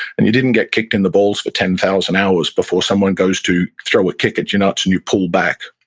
and you didn't get kicked in the balls for ten thousand hours before someone goes to throw a kick at your nuts and you pull back.